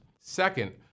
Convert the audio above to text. Second